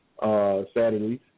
Saturdays